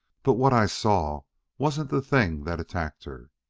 but what i saw wasn't the thing that attacked her.